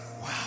Wow